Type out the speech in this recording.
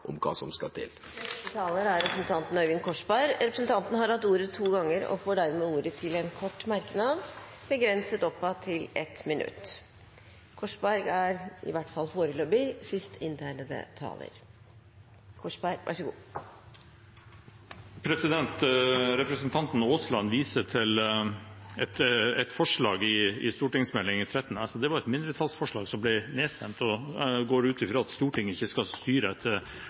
om hva som skal til. Representanten Øyvind Korsberg har hatt ordet to ganger tidligere og får ordet til en kort merknad, begrenset til 1 minutt. Representanten Aasland viser til et forslag i Meld. St. nr. 13 for 2014–2015. Dette var et mindretallsforslag som ble nedstemt, og jeg går ut ifra at Stortinget ikke skal styre